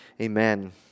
Amen